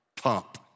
pump